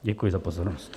Děkuji za pozornost.